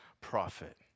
prophet